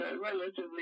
relatively